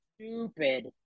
Stupid